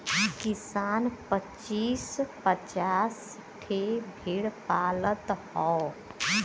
किसान पचीस पचास ठे भेड़ पालत हौ